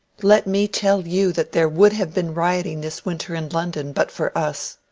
let me tell you that there would have been rioting this winter in london but for us.